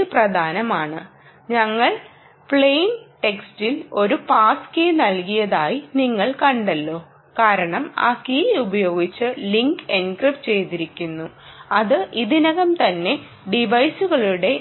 അതിനാൽ ഇത് പ്രധാനമാണ് ഞങ്ങൾ പ്ലെയിൻ ടെക്സ്റ്റിൽ ഒരു പാസ് കീ നൽകിയതായി നിങ്ങൾ കണ്ടല്ലോ കാരണം ആ കീ ഉപയോഗിച്ച് ലിങ്ക് എൻക്രിപ്റ്റ് ചെയ്തിരിക്കുന്നു അത് ഇതിനകം തന്നെ ടിവൈസുകളുടെ